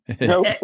Nope